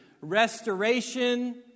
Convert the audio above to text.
Restoration